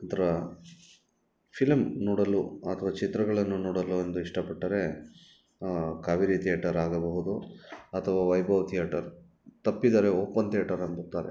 ಒಂಥರಾ ಫಿಲಮ್ ನೋಡಲು ಅಥ್ವಾ ಚಿತ್ರಗಳನ್ನು ನೋಡಲು ಅಂದು ಇಷ್ಟಪಟ್ಟರೆ ಕಾವೇರಿ ತಿಯೇಟರ್ ಆಗಬಹುದು ಅಥವಾ ವೈಭವ್ ತಿಯೇಟರ್ ತಪ್ಪಿದರೆ ಓಪನ್ ತಿಯೇಟರ್ ಅನ್ನುತ್ತಾರೆ